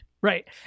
Right